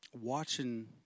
watching